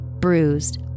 bruised